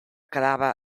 quedava